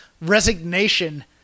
resignation